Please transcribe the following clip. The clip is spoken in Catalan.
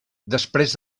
després